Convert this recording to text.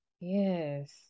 Yes